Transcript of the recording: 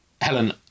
Helen